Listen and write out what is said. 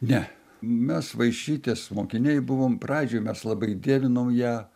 ne mes vaišytės mokiniai buvom pradžioj mes labai dievinau ją